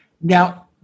Now